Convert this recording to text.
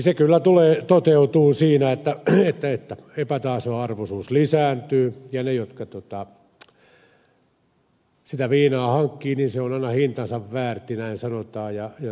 se kyllä tulee toteutumaan että epätasa arvoisuus lisääntyy ja heille jotka sitä viinaa hankkivat niin se on aina hintansa väärtti näin sanotaan